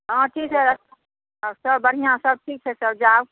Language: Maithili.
हँ ठीक हय सब बढ़िआँ सब ठीक छै तब जाउ